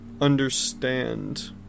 ...understand